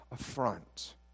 affront